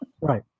Right